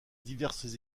diverses